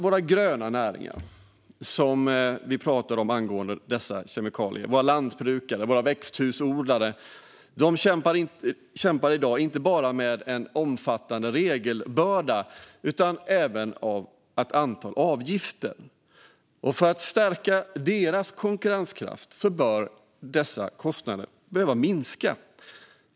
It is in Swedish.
Våra gröna näringar, våra lantbrukare och våra växthusodlare kämpar i dag inte bara med en omfattande regelbörda utan även med ett antal avgifter. För att stärka deras konkurrenskraft bör dessa kostnader minska.